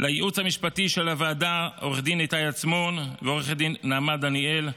לייעוץ המשפטי של הוועדה עורך הדין איתי עצמון ועורכת הדין נעמה דניאל,